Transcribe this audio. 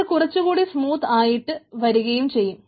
അത് കുറച്ചുകൂടി സ്മൂത്ത് ആയിട്ട് വരികയും ചെയ്യും